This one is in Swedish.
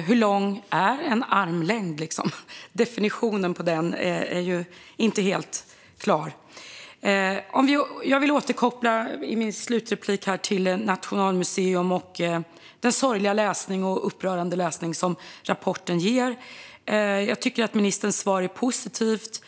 Hur lång är egentligen en armlängd? Definitionen på detta är inte helt klart. Jag vill i mitt sista inlägg återkomma till Nationalmuseum och den sorgliga och upprörande läsning som rapporten utgör. Jag tycker att ministerns svar är positivt.